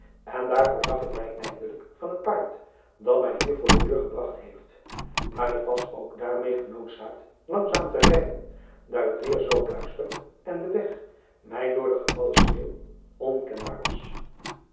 en daar voorzag ik mij eindelijk van het paard dat mij hier voor de deur gebragt heeft maar ik was ook daarmeê genoodzaakt langzaam te rijden daar het weêr zoo duister en de weg mij door de gevallen sneeuw onkenbaar was